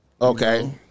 Okay